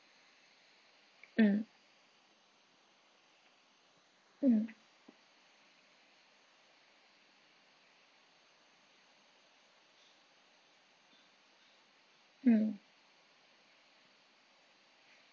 mm mm mm